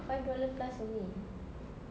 five dollar plus only